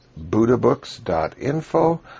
buddhabooks.info